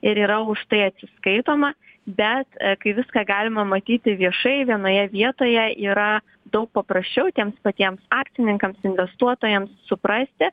ir yra už tai atsiskaitoma bet kai viską galima matyti viešai vienoje vietoje yra daug paprasčiau tiems patiems akcininkams investuotojams suprasti